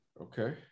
Okay